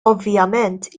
ovvjament